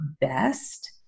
best